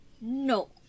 No